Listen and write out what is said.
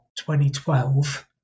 2012